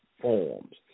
forms